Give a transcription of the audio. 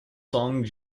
song